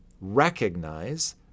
recognize